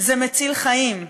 זה מציל חיים.